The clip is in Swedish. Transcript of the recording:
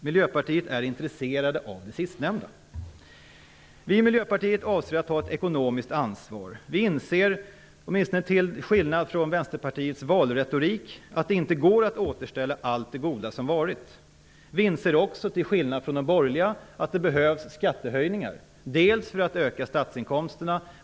Miljöpartiet är intresserat av det sistnämnda. Vi i Miljöpartiet avser att ta ett ekonomiskt ansvar. Vi inser, åtminstone till skillnad från Vänsterpartiet i sin valretorik, att det inte går att återställa allt det goda som varit. Vi inser också, till skillnad från de borgerliga, att det behövs skattehöjningar för att öka statsinkomsterna.